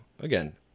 again